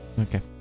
Okay